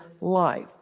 life